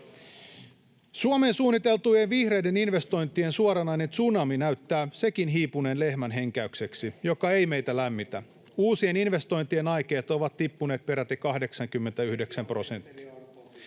Suomeen suunniteltujen vihreiden investointien suoranainen tsunami näyttää sekin hiipuneen lehmän henkäykseksi, joka ei meitä lämmitä. Uusien investointien aikeet ovat tippuneet peräti 89 prosenttia.